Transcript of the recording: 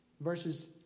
Verses